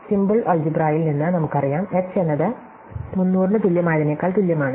simple അൽജിബ്രായിൽ നിന്ന് നമുക്കറിയാം h എന്നത് 300 ന് തുല്യമായതിനേക്കാൾ തുല്യമാണ്